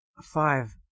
Five